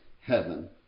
heaven